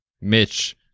Mitch